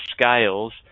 scales